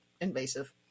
invasive